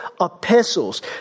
epistles